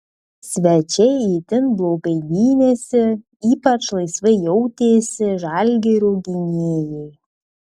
svečiai itin blogai gynėsi ypač laisvai jautėsi žalgirio gynėjai